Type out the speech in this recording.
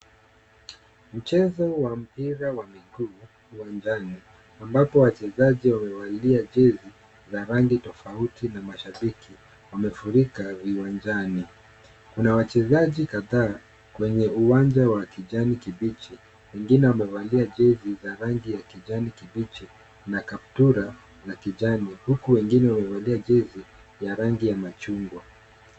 Mchezo wa mpira wa miguu uwanjani, ambapo wachezaji wamevalia jezi za rangi tofauti na mashabiki wamefurika viwanjani. Kuna wachezaji kadhaa kwenye uwanja wa kijani kibichi, wengine wamevalia jezi za rangi ya kijani kibichi na kaptura ya kijani huku wengine wamevalia jezi ya rangi ya machungwa.